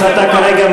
וזאת עובדה,